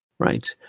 Right